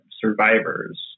survivors